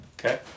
Okay